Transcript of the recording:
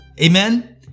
Amen